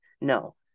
No